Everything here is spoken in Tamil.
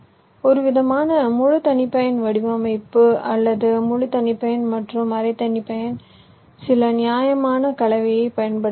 ஒருவிதமான முழு தனிப்பயன் வடிவமைப்பு அல்லது முழு தனிப்பயன் மற்றும் அரை தனிப்பயன் சில நியாயமான கலவையைப் பயன்படுத்தலாம்